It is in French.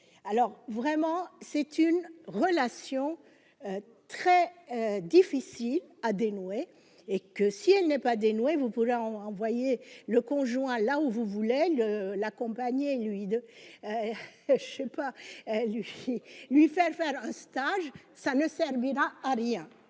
alors vraiment c'est une relation très difficile à dénouer et que si elle n'est pas dénoué : vous pouvez envoyer le conjoint, là où vous voulez le l'accompagner, lui, de je sais pas Lucie lui faire faire un stage, ça ne servira à rien